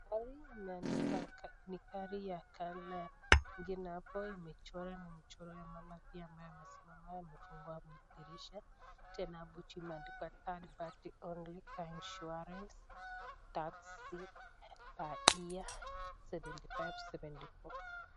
Gari imeandikwa ni gari ya color ingine hapo imechorwa na mchoro ya mama pia ambaye amesimama amefungua dirisha tena hapo juu imeandikwa third-party only car insurance, taxi per year seventy five seventy four .